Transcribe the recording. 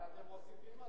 אבל אתם מוסיפים על